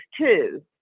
two